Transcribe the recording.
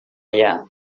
allà